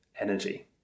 energy